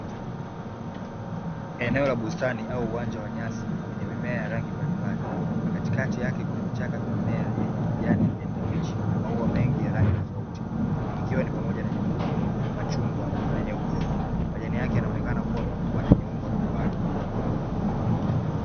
Eneo la bustani au uwanja wa nyasi wenye mimea ya rangi mbalimbali katikati yake kuna vichaka vya mimea yenye majani ya kijani kibichi na maua mengi ya rangi tofauti, ikiwa ni pamoja na nyekundu, machungwa, na nyeupe. Majani yake yanaonekana kuwa makubwa na yenye umbo la duara.